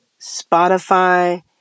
Spotify